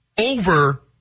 over